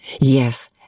Yes